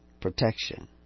protection